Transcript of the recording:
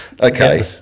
Okay